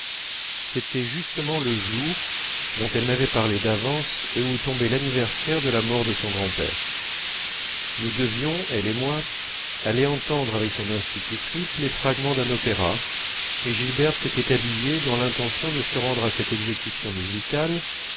c'était justement le jour dont elle m'avait parlé d'avance et où tombait l'anniversaire de la mort de son grand-père nous devions elle et moi aller entendre avec son institutrice les fragments d'un opéra et gilberte s'était habillée dans l'intention de se rendre à cette exécution musicale